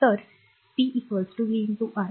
तर p v i